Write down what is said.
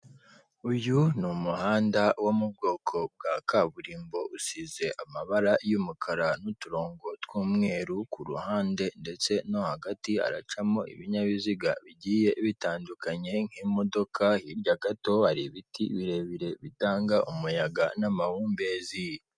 Uyu n'umuhanda wo mu bwoko bwa kaburimbo usize amabara y'umukara n'uturongo tw'umweru ku ruhande ndetse no hagati haracamo ibinyabiziga bitandukanye nk'imodoka hirya gato hari ibiti birebire bitanga umuyaga n'amahumbezi.